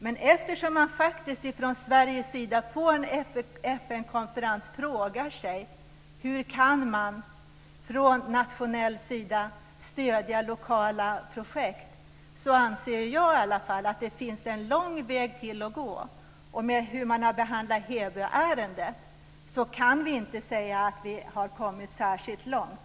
Men eftersom man från Sveriges sida faktiskt på en FN-konferens frågar sig hur man från nationell sida kan stödja lokala projekt, så anser i alla fall jag att det finns en lång väg till att gå. När det gäller hur man har behandlat Hebyärendet så kan vi tyvärr inte säga att vi har kommit särskilt långt.